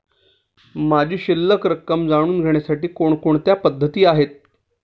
माझी शिल्लक रक्कम जाणून घेण्यासाठी कोणकोणत्या पद्धती आहेत?